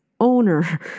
owner